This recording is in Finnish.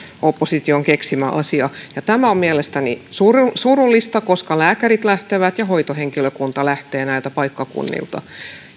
opposition keksimä asia tämä on mielestäni surullista koska lääkärit lähtevät ja hoitohenkilökunta lähtee näiltä paikkakunnilta